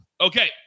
okay